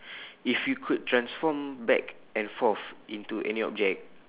if you could transform back and forth into any object